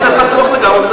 וזה פתוח לגמרי,